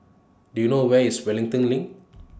Do YOU know Where IS Wellington LINK